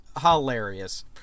hilarious